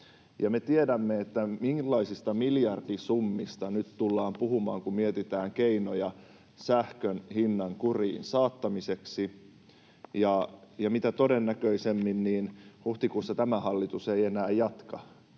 Me tiedämme, millaisista miljardisummista nyt tullaan puhumaan, kun mietitään keinoja sähkön hinnan kuriin saattamiseksi, ja tiedämme, että mitä todennäköisimmin huhtikuussa tämä hallitus ei enää jatka